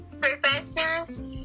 Professors